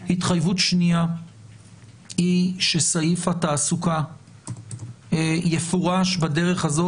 התחייבות שנייה היא שסעיף התעסוקה יפורש בדרך הזו